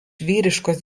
vyriškos